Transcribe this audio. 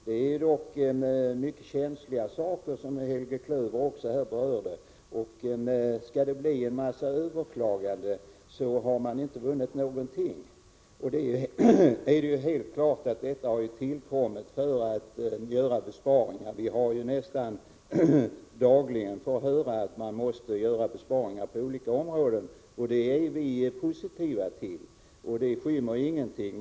Det är dock fråga om mycket känsliga saker, vilket Helge Klöver också berörde, och skall det bli en massa överklaganden så har man inte vunnit någonting. Det är ju helt klart att förslaget har tillkommit i syfte att göra besparingar. Vi har nästan dagligen fått höra att det måste sparas på olika områden. Det är vi positiva till, och det skymmer ingenting.